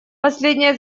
последняя